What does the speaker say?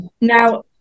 Now